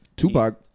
Tupac